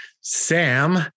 Sam